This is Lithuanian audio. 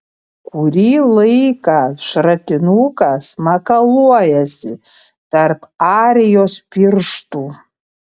kurį laiką šratinukas makaluojasi tarp arijos pirštų